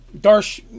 Darsh